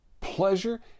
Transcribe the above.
pleasure